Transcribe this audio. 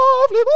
lovely